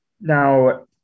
Now